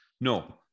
No